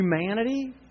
humanity